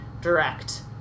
direct